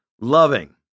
loving